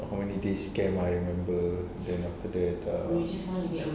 the holidays camp ah I remember then after that err